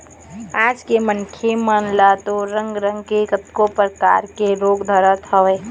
आज के मनखे मन ल तो रंग रंग के कतको परकार के रोग धरत हवय